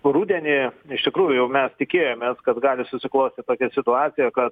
rudenį iš tikrųjų jau mes tikėjomės kad gali susiklostyt tokia situacija kad